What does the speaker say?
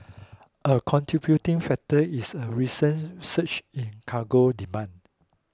a contributing factor is a recent surge in cargo demand